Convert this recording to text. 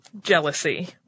jealousy